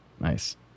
Nice